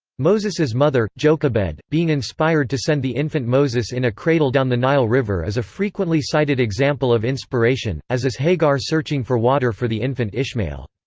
moses's mother, jochebed, being inspired to send the infant moses in a cradle down the nile river is a frequently cited example of inspiration, as is hagar searching for water for the infant ishmael.